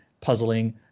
puzzling